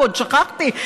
ועוד שכחתי,